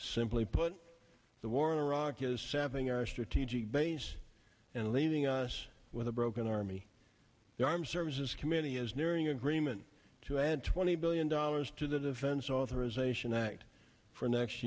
simply put the war in iraq is seven our strategic base and leaving us with a broken army the armed services committee is nearing agreement to add twenty billion dollars to the defense authorization act for next